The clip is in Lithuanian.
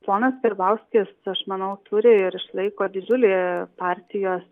ponas karbauskis aš manau turi ir išlaiko didžiulį partijos